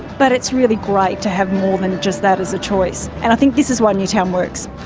but it's really great to have more than just that as a choice, and i think this is why newtown works.